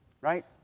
right